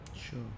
Sure